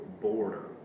border